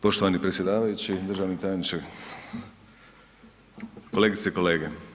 Poštovani predsjedavajući, državni tajniče, kolegice i kolege.